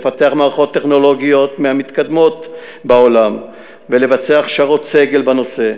לפתח מערכות טכנולוגיות מהמתקדמות בעולם ולבצע הכשרות סגל בנושא,